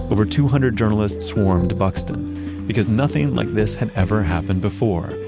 over two hundred journalists swarmed buxton because nothing like this had ever happened before.